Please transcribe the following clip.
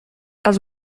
els